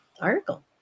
article